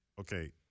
Okay